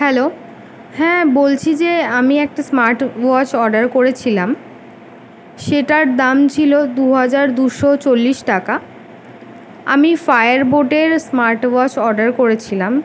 hello হ্যাঁ বলছি যে আমি একটা স্মার্টওয়াচ অর্ডার করেছিলাম সেটার দাম ছিলো দু হাজার দুশো চল্লিশ টাকা আমি ফায়ার বোল্টের স্মার্ট ওয়াচ অর্ডার করেছিলাম